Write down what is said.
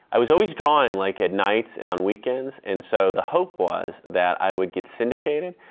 i was always drawing like at night and on weekends. and so the hope was that i would get syndicated,